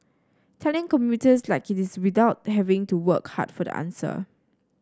telling commuters like it is without having to work hard for the answer